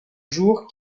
jour